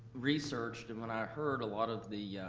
researched and when i heard a lot of the